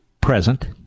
present